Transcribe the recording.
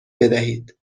بدهید